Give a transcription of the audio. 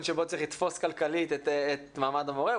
שצריך לתפוס כלכלית את מעמד המורה,